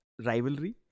rivalry